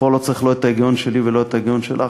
ופה לא צריך לא את ההיגיון שלי ולא את ההיגיון שלך,